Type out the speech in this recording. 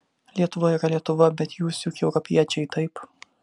lietuva yra lietuva bet jūs juk europiečiai taip